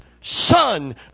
Son